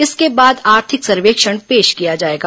इसके बाद आर्थिक सर्वेक्षण पेश किया जाएगा